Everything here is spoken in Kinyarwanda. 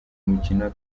umukino